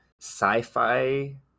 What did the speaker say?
sci-fi